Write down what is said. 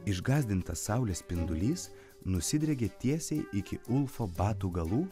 išgąsdintas saulės spindulys nusidriekė tiesiai iki ulfo batų galų